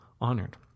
honored